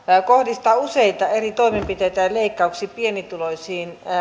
kohdistaa useita eri toimenpiteitä ja ja leikkauksia pienituloisiin